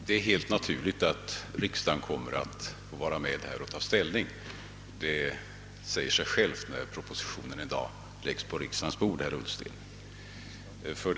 Herr talman! Riksdagen kommer ju att få vara med och ta ställning när propositionen en dag läggs på riksdagens bord. Detta är självklart.